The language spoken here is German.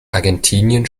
argentinien